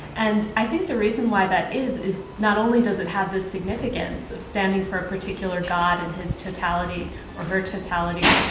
and i think the reason why that is is not only does it have the significance of standing for a particular god in his totality or her totality,